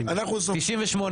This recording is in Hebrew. תיכף יסתלבטו עלינו.